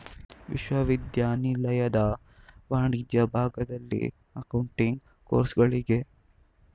ವಿಶ್ವವಿದ್ಯಾನಿಲಯದ ವಾಣಿಜ್ಯ ವಿಭಾಗದಲ್ಲಿ ಅಕೌಂಟಿಂಗ್ ಕೋರ್ಸುಗಳಿಗೆ